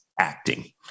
acting